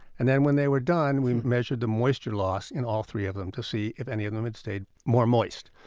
and when they were done, we measured the moisture loss in all three of them to see if any of them had stayed more moist.